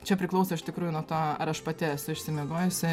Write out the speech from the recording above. čia priklauso iš tikrųjų nuo to ar aš pati esu išsimiegojusi